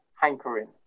hankering